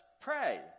pray